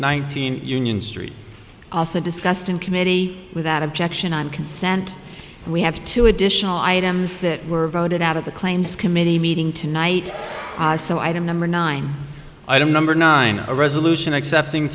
nineteen union street also discussed in committee without objection on consent we have two additional items that were voted out of the claims committee meeting tonight ah so item number nine item number nine a resolution accepting